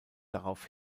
darauf